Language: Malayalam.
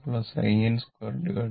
in2 n